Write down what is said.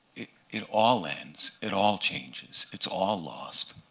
it all ends. it all changes. it's all lost.